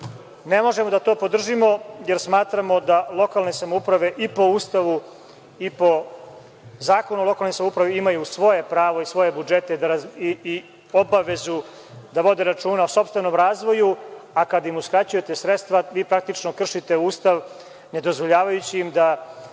Ne možemo to da podržimo, jer smatramo da lokalne samouprave i po Ustavu i po Zakonu o lokalnim samoupravama imaju svoje pravo i svoje budžete i obavezu da vode računa o sopstvenom razvoju, a kada im uskraćujete sredstva vi praktično kršite Ustav ne dozvoljavajući im da